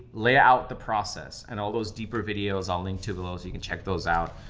lay out the process. and all those deeper videos i'll link to below. so you can check those out.